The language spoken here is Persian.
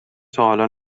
تاحالا